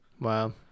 wow